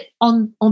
on